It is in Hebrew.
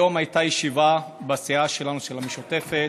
היום הייתה ישיבה בסיעה שלנו, של המשותפת,